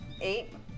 eight